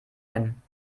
erkennen